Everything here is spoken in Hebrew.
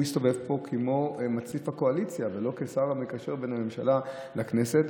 הוא הסתובב פה כמו מצליף הקואליציה ולא כשר המקשר בין הממשלה לכנסת.